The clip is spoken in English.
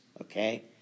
okay